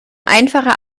einfacher